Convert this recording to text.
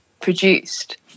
produced